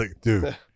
dude